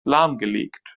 lahmgelegt